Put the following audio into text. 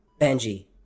Benji